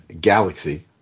galaxy